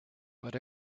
but